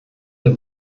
der